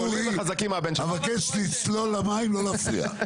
חבר הכנסת ואטורי, אבקש לצלול למים ולא להפריע.